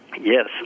Yes